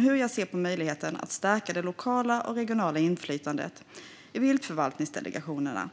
hur jag ser på möjligheten att stärka det lokala och regionala inflytandet i viltförvaltningsdelegationerna.